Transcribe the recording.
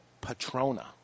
Patrona